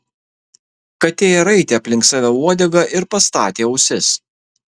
katė raitė aplink save uodegą ir pastatė ausis